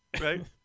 right